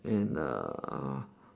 and uh